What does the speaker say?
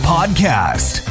Podcast